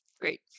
Great